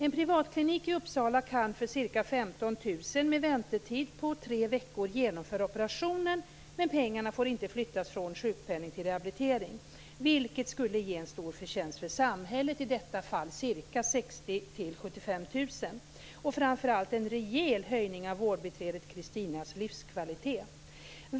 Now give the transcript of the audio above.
En privatklinik i Uppsala kan för ca 15 000 kr, med en väntetid på tre veckor, genomföra operationen. Men pengarna får inte flyttas från sjukpenning till rehabilitering, vilket skulle ge en stor förtjänst för samhället, i detta fall ca 60 000-75 000 kr, och framför allt en rejäl höjning av vårdbiträdet Kristinas livskvalitet.